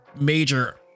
major